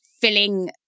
filling